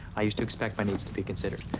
i used to expect my needs to be considered.